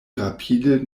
rapide